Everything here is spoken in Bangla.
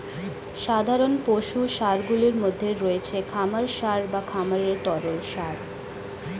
সাধারণ পশু সারগুলির মধ্যে রয়েছে খামার সার বা খামারের তরল সার